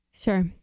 Sure